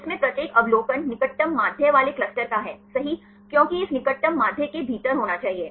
जिसमें प्रत्येक अवलोकन निकटतम माध्य वाले क्लस्टर का है सही क्योंकि इस निकटतम माध्य के भीतर होना चाहिए